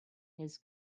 his